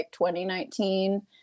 2019